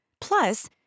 Plus